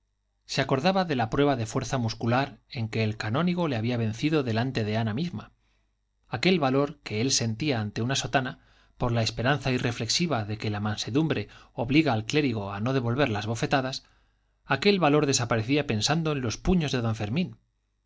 se acordaba de la prueba de fuerza muscular en que el canónigo le había vencido delante de ana misma aquel valor que él sentía ante una sotana por la esperanza irreflexiva de que la mansedumbre obliga al clérigo a no devolver las bofetadas aquel valor desaparecía pensando en los puños de don fermín